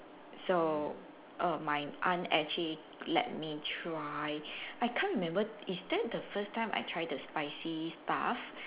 so err my aunt actually let me try I can't remember is that the first time I tried the spicy stuff